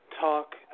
talk